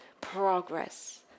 progress